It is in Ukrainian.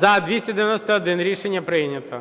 За-291 Рішення прийнято.